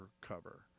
cover